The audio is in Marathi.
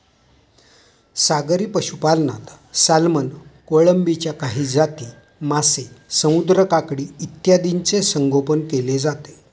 सागरी पशुपालनात सॅल्मन, कोळंबीच्या काही जाती, मासे, समुद्री काकडी इत्यादींचे संगोपन केले जाते